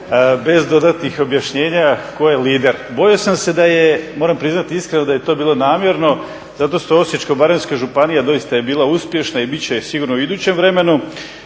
bez dodatnih objašnjenja tko je lider. Bojao sam se da je, moram priznati iskreno, da je to bilo namjerno zato što Osječko-baranjska županija doista je bila uspješna i bit će sigurno i u idućem vremenu.